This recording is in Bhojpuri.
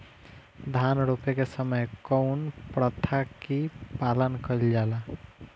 धान रोपे के समय कउन प्रथा की पालन कइल जाला?